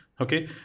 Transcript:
Okay